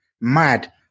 mad